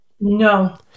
No